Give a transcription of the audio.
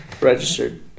Registered